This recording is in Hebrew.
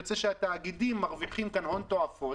יוצא שהתאגידים מרוויחים כאן הון תועפות